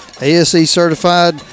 ASE-certified